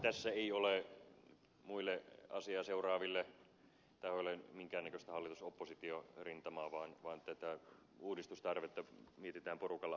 tässä ei ole muille asiaa seuraaville tahoille minkäännäköistä hallitusoppositio rintamaa vaan tätä uudistustarvetta mietitään porukalla